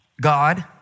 God